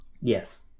Yes